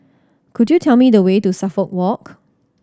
could you tell me the way to Suffolk Walk